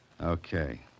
Okay